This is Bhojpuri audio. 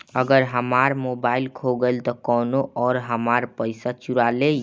अगर हमार मोबइल खो गईल तो कौनो और हमार पइसा चुरा लेइ?